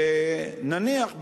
ונניח,